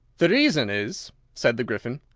the reason is, said the gryphon,